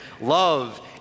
love